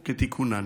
ויהיו כתיקונן.